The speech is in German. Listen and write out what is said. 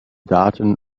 daten